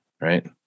right